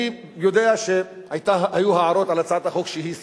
אני יודע שהיו הערות על הצעת החוק שהיא סקטוריאלית,